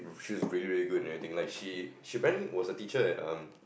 she's really very good and everything like she she apparently was a teacher at um